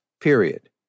period